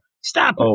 Stop